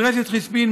מדרשת חיספין,